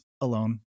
alone